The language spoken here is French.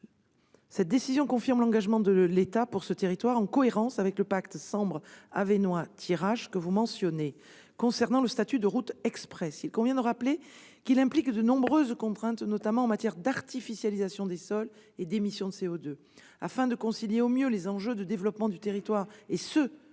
Cette décision confirme l'engagement de l'État pour ce territoire, en cohérence avec le pacte Sambre-Avesnois-Thiérache que vous avez mentionné. Concernant le statut de route express, il convient de rappeler que ce statut implique de nombreuses contraintes, notamment en matière d'artificialisation des sols et d'émissions de CO2. Afin de concilier au mieux les enjeux de développement du territoire et ceux qui sont